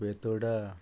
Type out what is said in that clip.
Betora